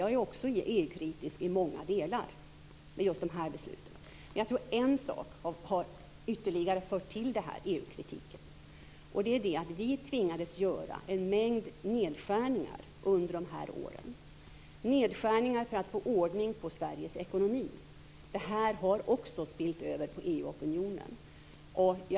Jag är också EU-kritisk i många delar när det gäller just dessa beslut. Men det är en sak som har bidragit till EU-kritiken och det är att vi tvingades göra en mängd nedskärningar under dessa år, nedskärningar för att få ordning på Sveriges ekonomi. Detta har också spillt över på EU-opinionen.